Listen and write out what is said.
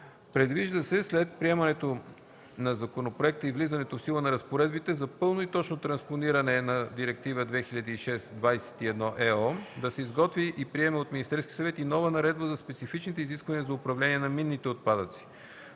Предвижда се след приемането на законопроекта и влизането в сила на разпоредбите за пълно и точно транспониране на Директива 2006/21/ЕО, да се изготви и приеме от Министерския съвет и нова Наредба за специфичните изисквания за управление на минните отпадъци.